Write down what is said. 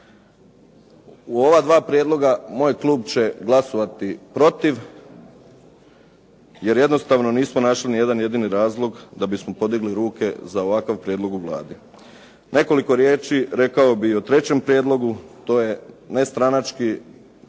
U ova dva prijedloga moj klub će glasovati protiv, jer jednostavno nismo našli ni jedan jedini razlog da bismo podigli ruke za ovakav prijedlog u Vladi. Nekoliko riječi rekao bih o trećem prijedlogu. To je nestranački,